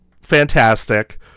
fantastic